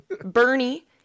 Bernie